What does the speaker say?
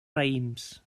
raïms